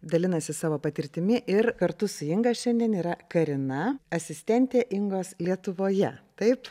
dalinasi savo patirtimi ir kartu su inga šiandien yra karina asistentė ingos lietuvoje taip